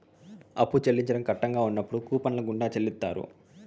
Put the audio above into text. అప్పు చెల్లించడం కట్టంగా ఉన్నప్పుడు కూపన్ల గుండా చెల్లిత్తారు